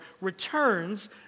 returns